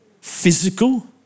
physical